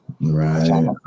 right